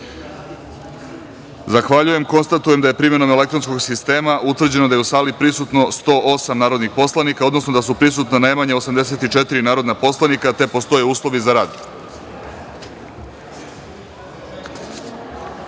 Hvala. Konstatujem da je primenom elektronskog sistema utvrđeno da je u sali prisutno 108 narodnih poslanika, odnosno da su prisutna najmanje 84 narodna poslanika, te postoje uslovi za rad. Da